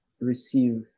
receive